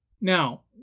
Now